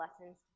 lessons